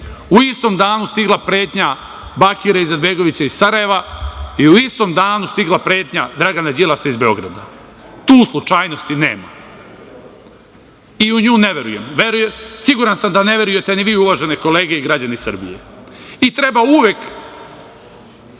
u istom danu stigla pretnja Bakira Izetbegovića iz Sarajeva i u istom danu stigla pretnja Dragana Đilasa iz Beograda. Tu slučajnosti nema i u nju ne verujem. Siguran sam da ne verujete ni vi uvažene kolege i građani Srbije i treba uvek